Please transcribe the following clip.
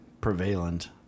Prevalent